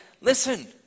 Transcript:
listen